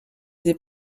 des